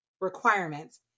requirements